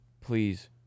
Please